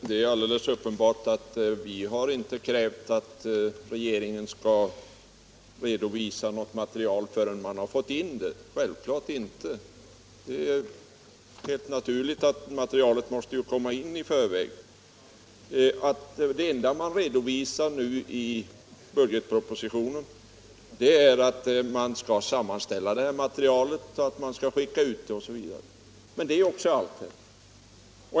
Herr talman! Vi har självklart inte, fru Winther, krävt att regeringen skall redovisa något material förrän man har fått in det. Men det enda som redovisas i budgetpropositionen är att detta material skall sammanställas, sändas ut till olika myndigheter osv.